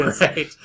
Right